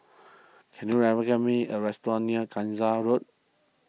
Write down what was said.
can you recommend me a restaurant near Gangsa Road